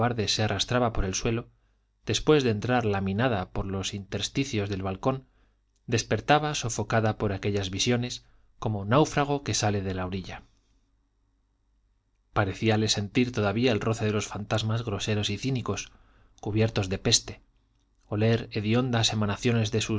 se arrastraba por el suelo después de entrar laminada por los intersticios del balcón despertaba sofocada por aquellas visiones como náufrago que sale a la orilla parecíale sentir todavía el roce de los fantasmas groseros y cínicos cubiertos de peste oler hediondas emanaciones de sus